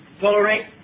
tolerate